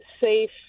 safe